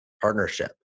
partnership